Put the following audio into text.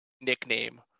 nickname